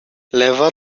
leva